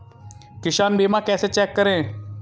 किसान बीमा कैसे चेक करें?